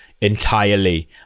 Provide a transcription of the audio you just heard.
entirely